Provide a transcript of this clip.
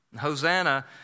Hosanna